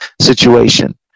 situation